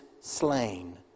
slain